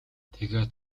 тэгээд